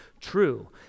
true